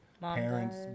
parents